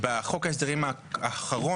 בחוק ההסדרים האחרון,